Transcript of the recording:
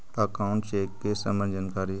Account check के सम्बन्ध जानकारी?